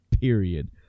period